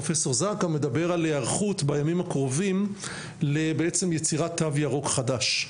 פרופ' זרקא מדבר על היערכות בימים הקרובים לבעצם יצירת תו ירוק חדש.